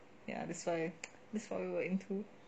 ya that's why we were into